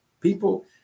People